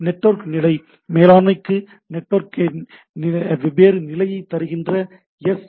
network நிலை மேலாண்மைக்கு நெட்வொர்க்கின் வெவ்வேறு நிலையை தருகின்ற எஸ்